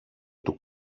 του